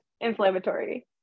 inflammatory